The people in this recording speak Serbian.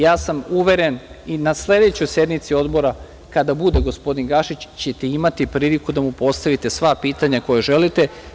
Ja sam uveren i na sledećoj sednici Odbora, kada bude gospodin Gašić, ćete imati priliku da mu postavite sva pitanja koja želite.